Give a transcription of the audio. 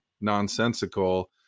nonsensical